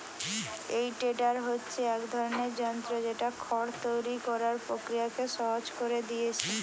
এই টেডার হচ্ছে এক ধরনের যন্ত্র যেটা খড় তৈরি কোরার প্রক্রিয়াকে সহজ কোরে দিয়েছে